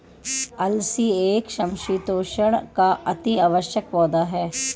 अलसी एक समशीतोष्ण का अति आवश्यक पौधा है